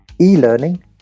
e-learning